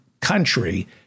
country